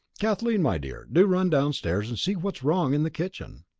kathleen, my dear, do run downstairs and see what's wrong in the kitchen.